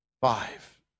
five